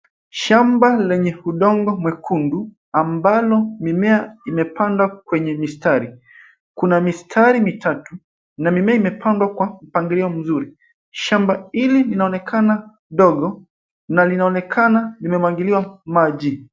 Shamba lenye udongo mwekundu ambalo mimea imepandwa kwenye mistari. Kuna mistari mitatu na mimea imepandwa kwa mpangilio mzuri. Shamba hili linaonekana ndogo na linaonekana limemwagiliwa maji.